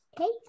okay